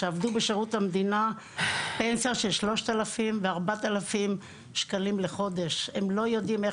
שעבדו בשירות המדינה פנסיה של 3,000 ₪ ו-4,000 ₪ בחודש.